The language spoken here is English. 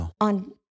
on